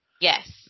Yes